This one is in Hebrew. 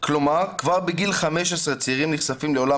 כלומר כבר בגיל 15 צעירים נחשפים לעולם